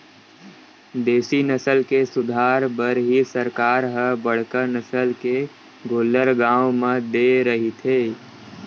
देसी नसल के सुधार बर ही सरकार ह बड़का नसल के गोल्लर गाँव म दे रहिथे